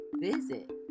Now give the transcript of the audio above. Visit